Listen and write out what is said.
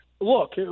look